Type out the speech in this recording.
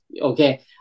Okay